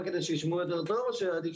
אבל הדבר שהיא מייצרת